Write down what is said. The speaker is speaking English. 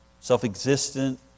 self-existent